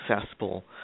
successful